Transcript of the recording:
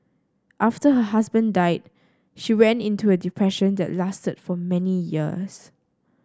after her husband died she went into a depression that lasted for many years